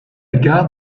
gare